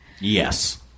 Yes